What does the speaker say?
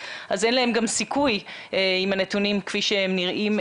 אז אין להם גם סיכוי עם הנתונים כפי שהם נראים,